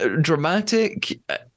dramatic